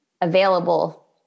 available